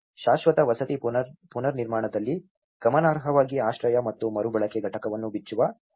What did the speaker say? ಶಾಶ್ವತ ವಸತಿ ಪುನರ್ನಿರ್ಮಾಣದಲ್ಲಿ ಗಮನಾರ್ಹವಾಗಿ ಆಶ್ರಯ ಮತ್ತು ಮರುಬಳಕೆ ಘಟಕವನ್ನು ಬಿಚ್ಚುವ ಸಾಮರ್ಥ್ಯ ಇದಾಗಿದೆ